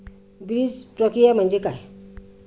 बीजप्रक्रिया म्हणजे काय?